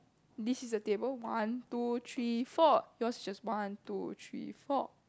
this is a table one two three four yours is just one two three four